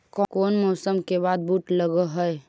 कोन मौसम के बाद बुट लग है?